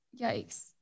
Yikes